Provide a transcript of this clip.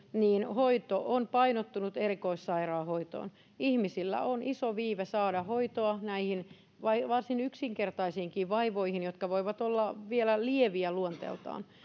hoito on painottunut erikoissairaanhoitoon ihmisillä on iso viive saada hoitoa näihin varsin yksinkertaisiinkin vaivoihin jotka voivat olla vielä lieviä luonteeltaan